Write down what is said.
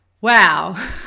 wow